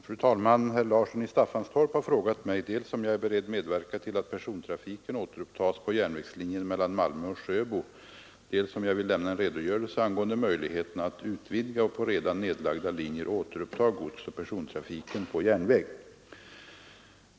Fru talman! Herr Larsson i Staffanstorp har frågat mig dels om jag är beredd medverka till att persontrafiken återupptas på järnvägslinjen mellan Malmö och Sjöbo, dels om jag vill lämna en redogörelse angående möjligheterna att utvidga och på redan nedlagda linjer återuppta godsoch persontrafiken på järnväg.